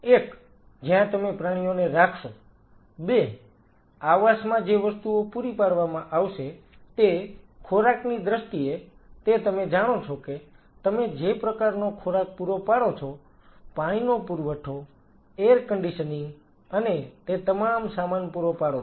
એક જ્યાં તમે પ્રાણીઓને રાખશો બે આવાસમાં જે વસ્તુઓ પૂરી પાડવામાં આવશે તે ખોરાકની દ્રષ્ટિએ તે તમે જાણો છો કે તમે જે પ્રકારનો ખોરાક પૂરો પાડો છો પાણી નો પુરવઠો એર કન્ડીશનીંગ અને તે તમામ સામાન પૂરો પાડો છો